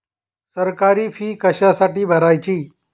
सरकारी फी कशासाठी भरायची